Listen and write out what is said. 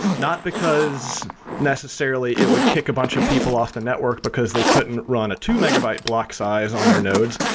not because necessarily it would kick a bunch of people off the network because they couldn't run a two megabyte block size on their nodes,